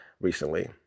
recently